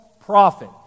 prophet